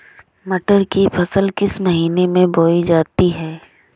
मटर की फसल किस महीने में बोई जाती है?